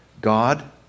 God